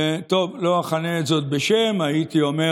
טוב, לא אכנה את זאת בשם, הייתי אומר: